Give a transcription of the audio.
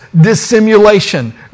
dissimulation